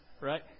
Right